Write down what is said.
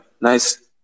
nice